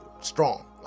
Strong